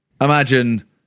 imagine